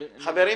בסדר,